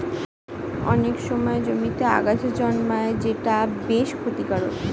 অনেক সময় জমিতে আগাছা জন্মায় যেটা বেশ ক্ষতিকারক